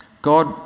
God